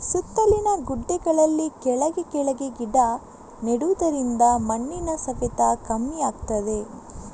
ಸುತ್ತಲಿನ ಗುಡ್ಡೆಗಳಲ್ಲಿ ಕೆಳಗೆ ಕೆಳಗೆ ಗಿಡ ನೆಡುದರಿಂದ ಮಣ್ಣಿನ ಸವೆತ ಕಮ್ಮಿ ಆಗ್ತದೆ